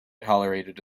tolerated